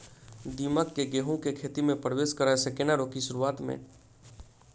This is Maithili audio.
दीमक केँ गेंहूँ केँ खेती मे परवेश करै सँ केना रोकि शुरुआत में?